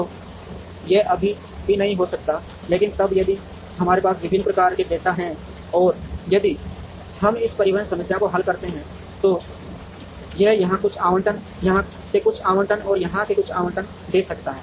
तो यह अभी भी नहीं हो सकता है लेकिन तब यदि हमारे पास विभिन्न प्रकार के डेटा हैं और यदि हम एक परिवहन समस्या को हल करते हैं तो यह यहां कुछ आवंटन यहां से कुछ आवंटन और यहां से कुछ आवंटन दे सकता है